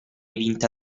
vinta